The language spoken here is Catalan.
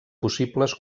possibles